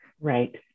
Right